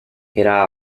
era